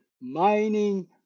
mining